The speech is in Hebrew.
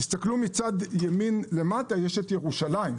מצד ימין בשקף יש את ירושלים.